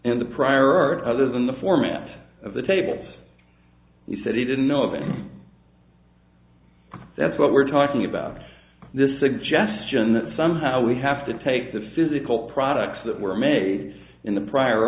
and the prior art other than the format of the tables he said he didn't know of any that's what we're talking about this suggestion that somehow we have to take the physical products that were made in the prior